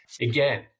again